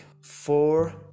four